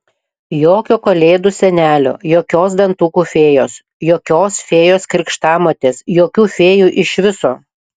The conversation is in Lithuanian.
jokio kalėdų senelio jokios dantukų fėjos jokios fėjos krikštamotės jokių fėjų iš viso